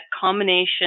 combination